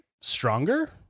stronger